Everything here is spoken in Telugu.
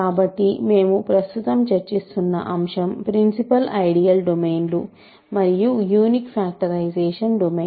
కాబట్టి మేము ప్రస్తుతం చర్చిస్తున్న అంశం ప్రిన్సిపల్ ఐడియల్ డొమైన్లు మరియు యూనిక్ ఫాక్టరైజేషన్ డొమైన్